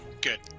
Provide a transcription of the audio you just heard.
Good